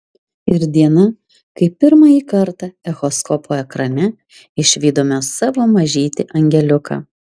ir diena kai pirmąjį kartą echoskopo ekrane išvydome savo mažytį angeliuką